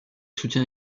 soutient